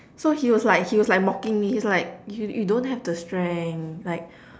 so he was like he was like mocking me he's like you you don't have the strength like